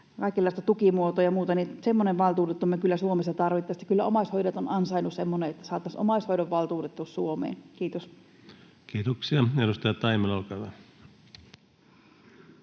kaikenlaista tukimuotoa ja muuta. Semmoinen valtuutettu me kyllä Suomessa tarvittaisiin. Kyllä omaishoitajat ovat ansainneet semmoisen, että saataisiin omaishoidonvaltuutettu Suomeen. — Kiitos. [Speech 237] Speaker: